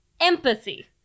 empathy